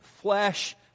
flesh